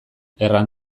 erran